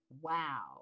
wow